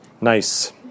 Nice